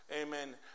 Amen